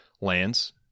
lands